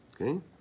Okay